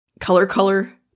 color-color